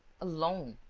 alone,